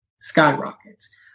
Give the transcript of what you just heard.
skyrockets